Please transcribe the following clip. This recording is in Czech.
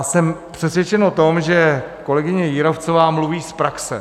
Jsem přesvědčen o tom, že kolegyně Jírovcová mluví z praxe.